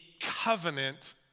covenant